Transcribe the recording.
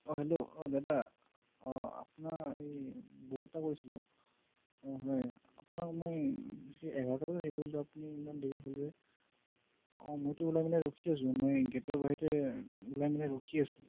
হয় হেল্ল' হয় দাদা আপোনাৰ এই বুক এটা কৰিছিলোঁ অঁ হয় আপোনাক মই সেই এঘাৰটা বজাত আহিব দিলোঁ আপুনি ইমান দেৰি হ'ল যে হয় মইটো ওলাই পেলাই ৰখি আছোঁ গেটৰ বাহিৰতে ওলাই পেলাই ৰখি আছোঁ